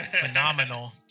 Phenomenal